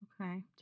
Okay